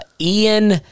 Ian